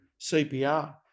CPR